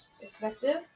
effective